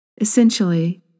Essentially